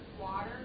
Water